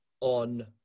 on